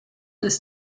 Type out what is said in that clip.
ist